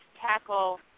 tackle